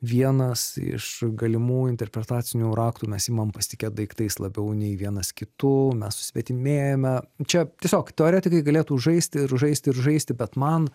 vienas iš galimų interpretacinių raktų mes imame pasitikėt daiktais labiau nei vienas kitu mes susvetimėjame čia tiesiog teoretikai galėtų žaisti ir žaisti ir žaisti bet man